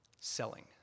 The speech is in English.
Selling